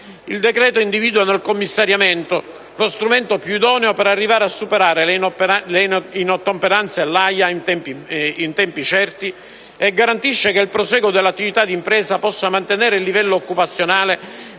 Il decreto individua nel commissariamento lo strumento più idoneo per arrivare a superare le inottemperanze all'AIA in tempi certi e garantisce che il prosieguo dell'attività di impresa possa mantenere il livello occupazionale,